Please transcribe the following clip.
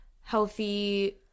healthy